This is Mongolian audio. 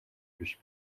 биш